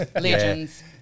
Legends